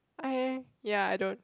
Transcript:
I ya I don't